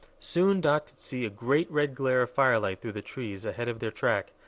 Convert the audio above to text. soon dot could see a great red glare of firelight through the trees ahead of their track,